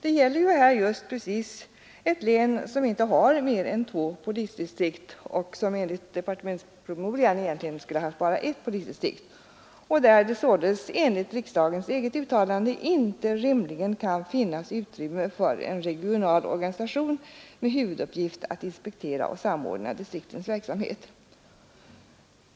Det gäller ju här just precis ett län som inte har mer än två polisdistrikt — och som enligt departementspromemorian egentligen skulle ha haft bara ett polisdistrikt — och där det således enligt riksdagens eget uttalande inte rimligen kan finnas utrymme för en regional organisation med huvuduppgift att inspektera och samordna distriktens verksamhet.